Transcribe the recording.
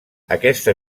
aquesta